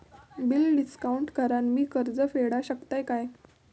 Bill discount करान मी कर्ज फेडा शकताय काय?